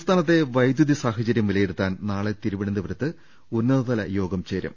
സംസ്ഥാനത്തെ വൈദ്യുതി സാഹചര്യം വിലയിരുത്താൻ നാളെ തിരുവനന്തപുരത്ത് ഉന്നതതലയോഗം ചേരും